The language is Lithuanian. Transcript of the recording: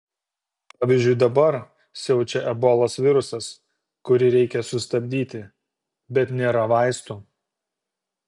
pavyzdžiui dabar siaučia ebolos virusas kurį reikia sustabdyti bet nėra vaistų